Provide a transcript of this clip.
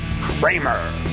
Kramer